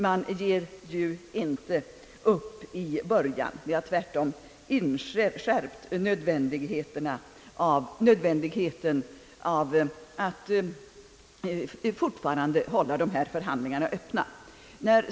Man ger ju inte upp i början. Vi har tvärtom inskärpt nödvändigheten av att hålla dessa förhandlingar öppna.